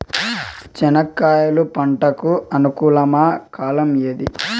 చెనక్కాయలు పంట కు అనుకూలమా కాలం ఏది?